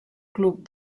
club